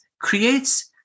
creates